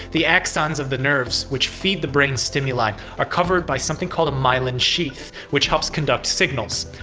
the axons of the nerves, which feed the brain stimuli are covered by something called a myelin sheath, which helps conduct signals.